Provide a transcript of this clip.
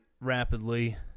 rapidly